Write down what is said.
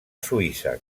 suïssa